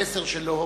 המסר שלו